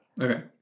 Okay